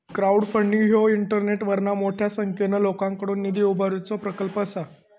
crowdfunding ह्यो इंटरनेटवरना मोठ्या संख्येन लोकांकडुन निधी उभारुचो प्रकल्प असा